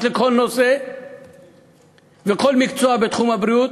לכל נושא וכל מקצוע בתחום הבריאות,